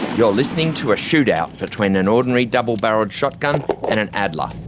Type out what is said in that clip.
you're listening to a shootout between an ordinary double-barrelled shotgun and an adler.